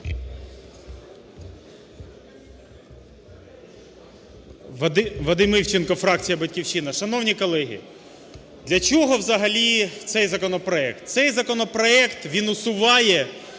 Вадим Івченко, фракція "Батьківщина". Шановні колеги, для чого взагалі цей законопроект? Цей законопроект він усуває